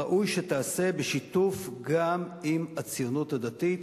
ראוי שתעשה בשיתוף גם עם הציונות הדתית,